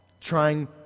trying